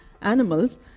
animals